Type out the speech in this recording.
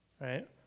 right